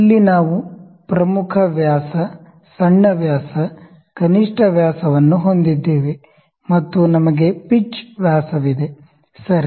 ಇಲ್ಲಿ ನಾವು ಪ್ರಮುಖ ವ್ಯಾಸ ಸಣ್ಣ ವ್ಯಾಸ ಕನಿಷ್ಠ ವ್ಯಾಸವನ್ನು ಹೊಂದಿದ್ದೇವೆ ಮತ್ತು ನಮಗೆ ಪಿಚ್ ವ್ಯಾಸವಿದೆ ಸರಿ